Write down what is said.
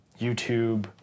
YouTube